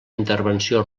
intervenció